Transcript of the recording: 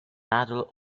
adult